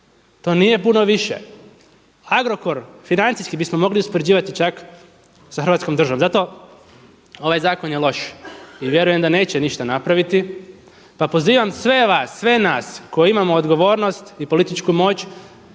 to nije puno više. Agrokor financijski bismo mogli uspoređivati čak sa Hrvatskom državom. Zato ovaj zakon je loš i vjerujem da neće ništa napraviti, pa pozivam sve vas, sve nas koji imamo odgovornost i političku moć